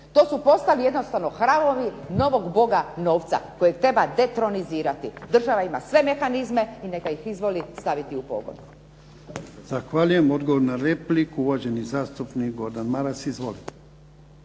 To su postali jednostavno hramovi novog boga novca kojeg treba detronizirati. Država ima sve mehanizme i neka ih izvoli staviti u pogon. **Jarnjak, Ivan (HDZ)** Zahvaljujem. Odgovor na repliku, uvaženi zastupnik Gordan Maras. Izvolite.